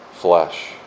flesh